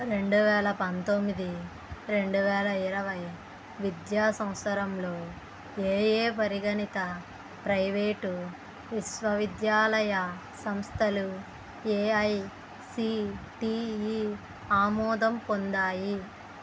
రెండువేల పంతొమ్మిది రెండువేల ఇరవై విద్యా సంవత్సరంలో ఏయే పరిగణిత ప్రైవేటు విశ్వవిద్యాలయ సంస్థలు ఏఐసిటిఈ ఆమోదం పొందాయి